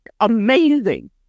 amazing